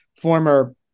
former